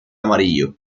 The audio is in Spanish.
amarillo